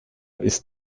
ist